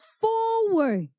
forward